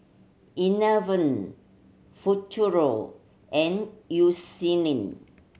Enervon Futuro and